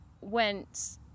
went